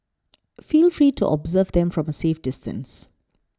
feel free to observe them from a safe distance